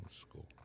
school